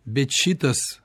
bet šitas